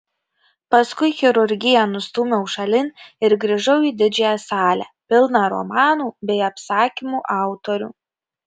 paskui chirurgiją nustūmiau šalin ir grįžau į didžiąją salę pilną romanų bei apsakymų autorių